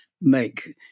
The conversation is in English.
make